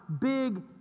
big